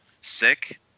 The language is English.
sick